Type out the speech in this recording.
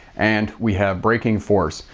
and we have braking force.